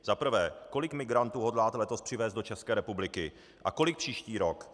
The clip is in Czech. Za prvé, kolik migrantů hodláte letos přivézt do České republiky a kolik příští rok?